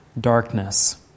darkness